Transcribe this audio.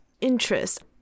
interest